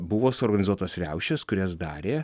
buvo suorganizuotos riaušės kurias darė